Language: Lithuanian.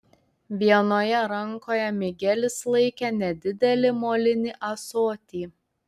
vienoje rankoje migelis laikė nedidelį molinį ąsotį